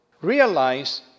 Realize